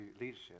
leadership